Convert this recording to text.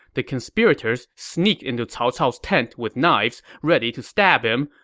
the conspirators sneaked into cao cao's tent with knives, ready to stab him.